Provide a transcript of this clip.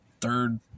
third